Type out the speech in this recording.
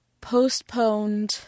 postponed